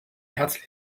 herzlich